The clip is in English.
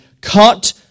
cut